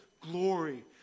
glory